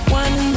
one